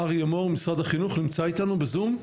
אריה מור משרד החינוך נמצא איתנו בזום?